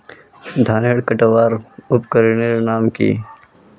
धानेर कटवार उपकरनेर नाम की?